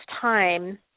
time